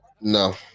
No